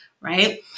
right